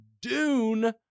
Dune